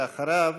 אחריו,